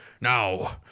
Now